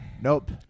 Nope